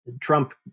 Trump